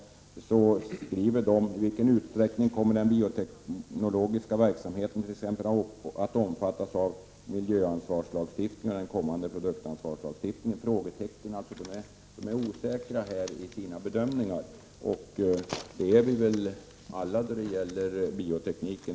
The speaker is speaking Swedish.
Förbundet skriver: ”I vilken utsträckning kommer den bioteknologiska verksamheten t.ex. att omfattas av miljöansvarslagstiftningen och den kommande produktansvarslagstiftningen?” De är alltså osäkra i sina bedömingar. Och det är vi väl alla då det gäller bioteknik.